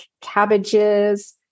cabbages